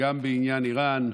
גם בעניין איראן,